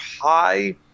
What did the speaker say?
high